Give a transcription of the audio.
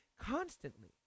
constantly